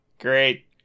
Great